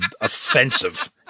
offensive